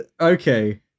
Okay